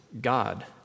God